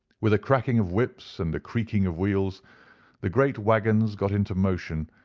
with a cracking of whips and a creaking of wheels the great waggons got into motion,